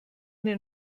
den